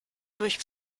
durch